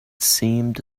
seemed